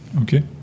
Okay